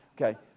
okay